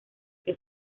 que